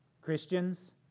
Christians